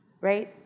right